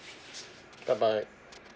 bye bye